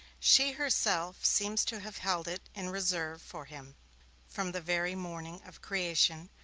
she herself seems to have held it in reserve for him from the very morning of creation,